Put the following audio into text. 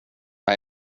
jag